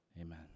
Amen